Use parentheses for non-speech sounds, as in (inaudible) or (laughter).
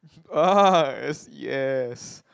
ah (laughs) yes